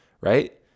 right